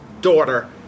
daughter